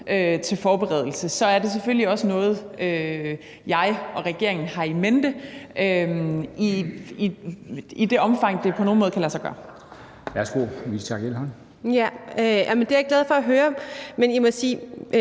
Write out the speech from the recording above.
til forberedelse, er det selvfølgelig også noget, jeg og regeringen har i mente i det omfang, det på nogen måde kan lade sig gøre. Kl. 13:40 Formanden (Henrik Dam Kristensen): Værsgo